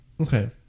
Okay